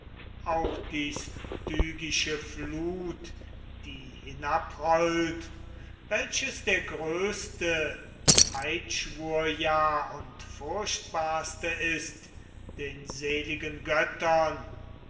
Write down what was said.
auch die stygische flut die hinabrollt welches der größte eidschwur ja und furchtbarste ist den seligen göttern